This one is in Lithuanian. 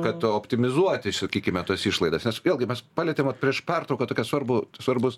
kad optimizuoti sakykime tas išlaidas nes vėlgi mes palietėm vat prieš pertrauką tokią svarbų svarbus